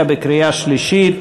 להצביע בקריאה שלישית.